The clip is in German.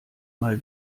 mal